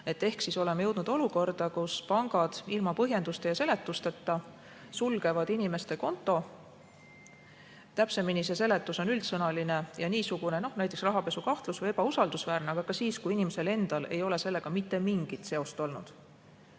Ehk oleme jõudnud olukorda, kus pangad ilma põhjenduste ja seletuseta sulgevad inimeste konto. Täpsemini, see seletus on üldsõnaline, näiteks et rahapesu kahtlus või ebausaldusväärsus, ja ka siis, kui inimesel endal ei ole sellega mitte mingit seost olnud.